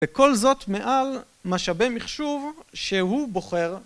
וכל זאת מעל משאבי מחשוב שהוא בוחר.